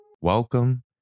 Welcome